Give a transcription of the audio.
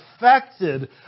affected